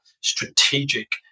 strategic